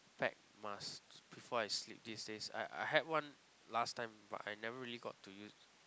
pack mask before I sleep these day I I had one last time but I never really got to use